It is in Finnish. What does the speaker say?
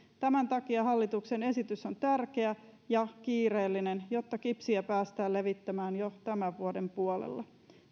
tämän takia hallituksen esitys on tärkeä ja kiireellinen jotta kipsiä päästään levittämään jo tämän vuoden puolella